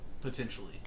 potentially